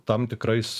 tam tikrais